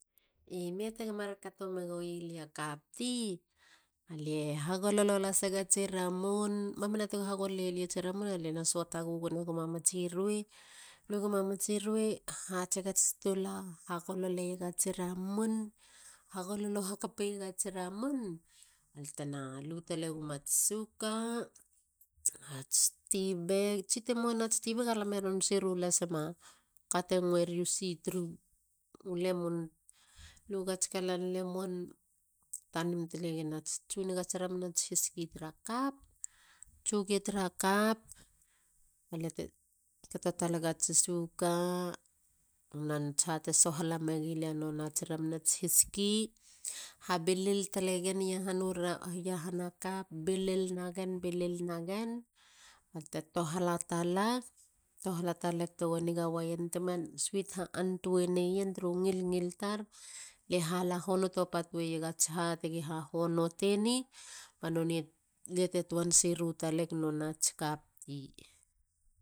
Ime tego mar kato megoi lia cup tea? Alie hagololo lase ga tsi ramun. mamuna togo hagololo ia lia tsi ramun alie na suata gugone guma matsi ruei. lue guma matsi ruei. hatse gats tula. hagololeieg atsi ramun. hagololo hakapeiega tsi ramun baltena lu tale gumats suka(sugar). ats ti bek. tsi temoa na ti bek. u lemon. lu gats kalan lemon. tsu negats ramun ats hiski tra kap. tsugi tra kap balia te kato taleiega tsi suka nats ha te sohala megilia ats ramun ats hiski. habilil talegen iahana kap. bilil nagen. bilil nagen balte tohala talag. tohala talag. tego niga waien. tema swit ha antueneien turu ngilngil tar. le hala honoto iegats ha. tsia hahonoteni ba lia te tuan siru talegats kap ti